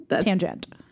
Tangent